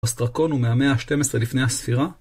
אסטרקון הוא מהמאה ה-12 לפני הספירה